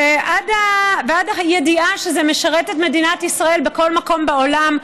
ועד הידיעה שזה משרת את מדינת ישראל בכל מקום בעולם,